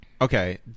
okay